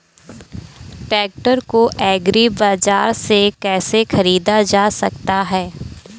Tractor को agri बाजार से कैसे ख़रीदा जा सकता हैं?